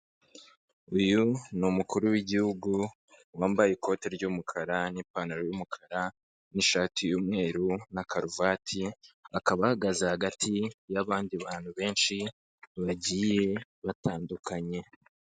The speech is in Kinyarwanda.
Uyu ni umukuru w'igihugu wambaye ikote ry'umukara n'ipantaro y'umukara, n'ishati y'umweru na karuvati, akaba ahagaze hagati y'abandi bantu benshi bagiye batandukanye.